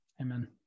Amen